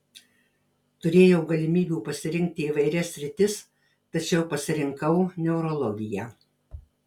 turėjau galimybių pasirinkti įvairias sritis tačiau pasirinkau neurologiją